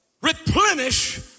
replenish